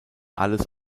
alles